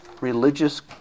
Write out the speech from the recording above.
religious